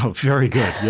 ah very good.